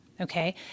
okay